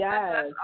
Yes